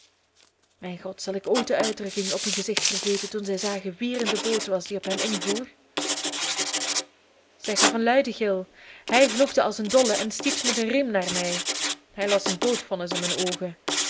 mijn god zal ik ooit de uitdrukking op hun gezicht vergeten toen zij zagen wie er in de boot was die op hen invoer illustratie bracht ik hem met een zwaren stok een slag toe zij gaf een luiden gil hij vloekte als een dolle en stiet met een riem naar mij hij las zijn doodvonnis in mijn oogen